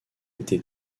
été